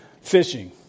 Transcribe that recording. fishing